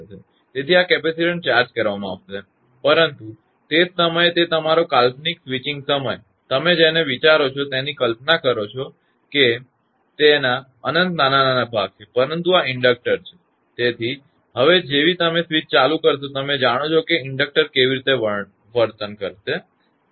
તેથી આ capacitance charge કરવામાં આવશે પરંતુ તે જ સમયે તે તમારો કાલ્પનિક સ્વિચીંગ સમય તમે જેને વિચારો છો તેની કલ્પના કરો કે તેના અનંત નાના વિભાગ છે પરંતુ આ ઇન્ડક્ટર છે તેથી જેવી તમે સ્વિચ ચાલુ કરશો તમે જાણો છો કે inductor કેવી રીતે વર્તણૂક કરશે તે inductor એ open circuit થશે